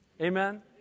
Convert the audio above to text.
Amen